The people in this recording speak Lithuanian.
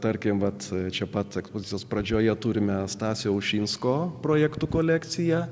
tarkim bet čia pat ekspozicijos pradžioje turime stasio ušinsko projektų kolekciją